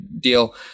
deal